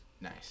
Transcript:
Nice